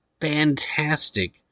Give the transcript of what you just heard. fantastic